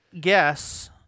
guess